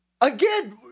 Again